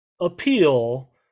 appeal